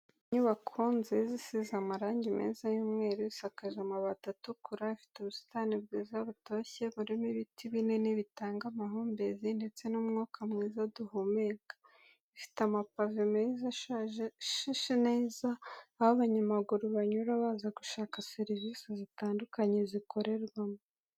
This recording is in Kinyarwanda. Inyubako nziza isize amarangi meza y'umweru, isakaje amabati atukura, ifite ubusitani bwiza butoshye burimo ibiti binini bitanga amahumbezi ndetse n'umwuka mwiza duhumeka. Ifite amapave meza ashashe neza, aho abanyamaguru banyura baza gushaka serivisi zitandukanye zikorerwamo.